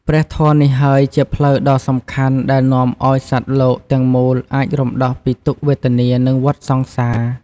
ព្រះធម៌នេះហើយជាផ្លូវដ៏សំខាន់ដែលនាំឲ្យសត្វលោកទាំងមូលអាចរំដោះពីទុក្ខវេទនា និងវដ្តសង្សារ។